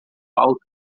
auto